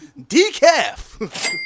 Decaf